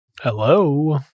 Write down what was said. Hello